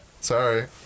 Sorry